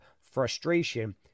frustration